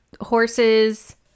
horses